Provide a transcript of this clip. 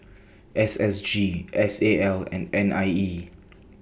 S S G S A L and N I E